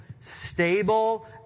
stable